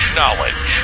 knowledge